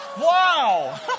Wow